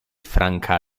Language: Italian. franca